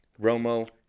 Romo